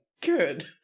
good